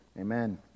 Amen